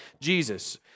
Jesus